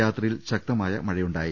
രാത്രി യിൽ ശക്തമായ മഴയുണ്ടായി